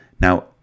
Now